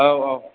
औ औ